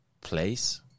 place